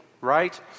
right